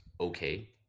okay